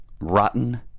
rotten